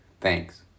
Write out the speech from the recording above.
Thanks